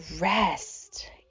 rest